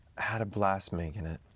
had a blast making it,